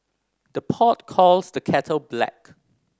the pot calls the kettle black